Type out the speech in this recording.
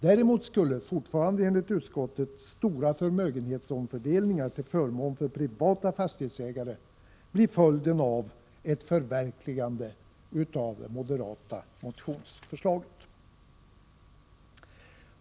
Däremot skulle, fortfarande enligt utskottet, stora förmögenhetsomfördelningar till förmån för privata fastighetsägare bli följden av ett förverkligande av det moderata motionsförslaget.